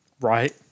Right